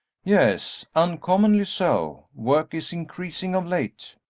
yes, uncommonly so work is increasing of late.